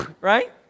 right